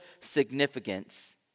significance